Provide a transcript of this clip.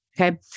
Okay